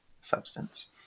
substance